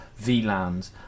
VLANs